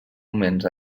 moments